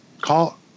Call